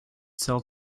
sell